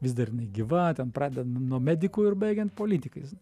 vis dar jinai gyva ten pradedan nuo medikų ir baigiant politikais